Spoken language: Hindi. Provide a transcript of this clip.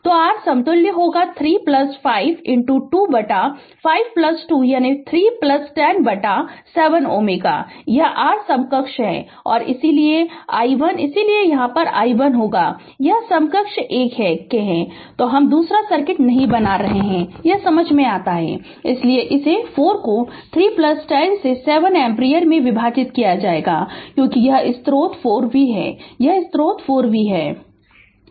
तो R समतुल्य होगा 35 2 बटा 52 यानी 310 बटा 7 Ω यह R समकक्ष है और इसलिए इसलिए i 1 इसलिए यह i 1 होगा यह समकक्ष एक के तो हम दूसरा सर्किट नहीं बना रहर है यह समझ में आता है इसलिए इसे 4 को 3 10 से 7 एम्पीयर से विभाजित किया जाएगा क्योंकि यह स्रोत 4 V है यह स्रोत 4 V है